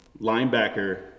linebacker